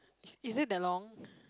is it that long